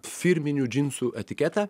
firminių džinsų etiketę